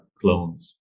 clones